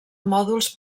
mòduls